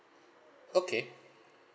okay